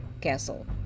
Castle